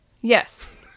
Yes